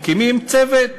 מקימים צוות